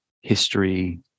history